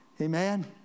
Amen